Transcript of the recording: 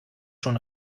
schon